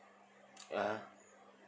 (uh huh)